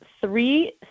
three